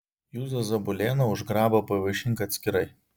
juzą zabulėną už grabą pavaišink atskirai